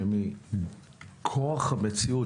שמכוח המציאות,